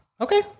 Okay